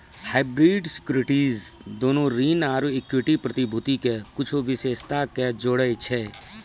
hybrid securities दोनो ऋण आरु इक्विटी प्रतिभूति के कुछो विशेषता के जोड़ै छै